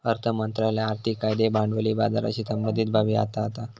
अर्थ मंत्रालय आर्थिक कायदे भांडवली बाजाराशी संबंधीत बाबी हाताळता